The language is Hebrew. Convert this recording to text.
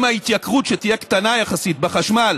עם ההתייקרות שתהיה קטנה יחסית בחשמל